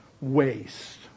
waste